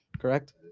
correct